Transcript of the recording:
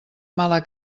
mala